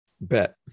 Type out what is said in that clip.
Bet